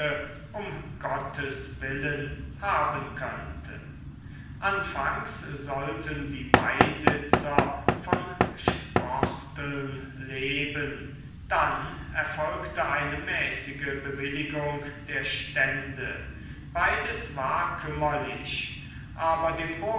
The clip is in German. um gottes willen haben könnte anfangs sollten die beisitzer von sporteln leben dann erfolgte eine mäßige bewilligung der stände beides war kümmerlich aber dem